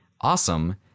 awesome